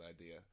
idea